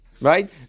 Right